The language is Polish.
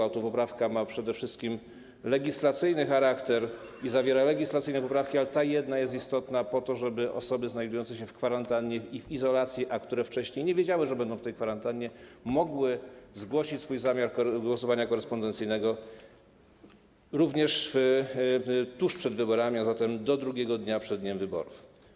Autopoprawka ma przede wszystkim legislacyjny charakter i zawiera legislacyjne poprawki, ale ta jedna jest istotna, po to żeby osoby znajdujące się w kwarantannie i w izolacji, które wcześniej nie wiedziały, że będą w tej kwarantannie, mogły zgłosić swój zamiar głosowania korespondencyjnego również tuż przed wyborami, a zatem do 2. dnia przed dniem wyborów.